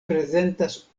prezentas